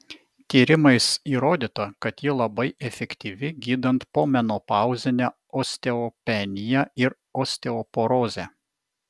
tyrimais įrodyta kad ji labai efektyvi gydant pomenopauzinę osteopeniją ir osteoporozę